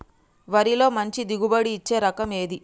వరిలో మంచి దిగుబడి ఇచ్చే రకం ఏది?